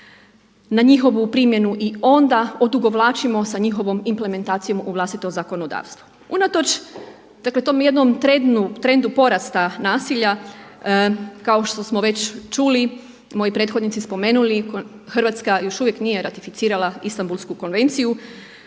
na njihovu primjenu i onda odugovlačimo sa njihovom implementacijom u vlastito zakonodavstvo. Unatoč dakle tom jednom trendu porasta nasilja kao što smo već čuli, moji prethodnici spomenuli Hrvatska još uvijek nije ratificirala Istambulsku konvenciju.